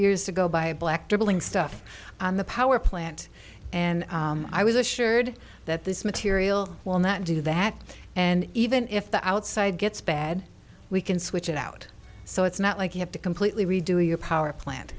years ago by a black dribbling stuff on the power plant and i was assured that this material will not do that and even if the outside gets bad we can switch it out so it's not like you have to completely redo your power plant